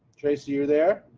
tracy, are there.